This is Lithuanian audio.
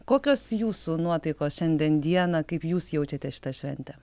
kokios jūsų nuotaikos šiandien dieną kaip jūs jaučiate šitą šventę